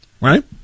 right